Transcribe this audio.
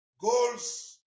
goals